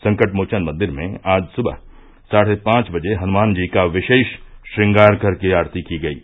संकटमोचन मंदिर में आज सुबह साढ़े पांच बजे हनुमान जी का विशेष श्रृंगार कर के आरती की गयी